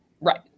Right